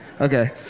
Okay